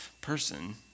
person